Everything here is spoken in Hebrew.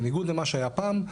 בניגוד למה שהיה פעם,